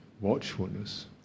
watchfulness